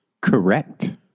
Correct